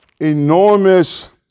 enormous